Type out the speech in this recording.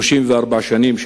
34 שנים,